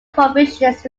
provisions